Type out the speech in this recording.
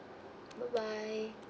bye bye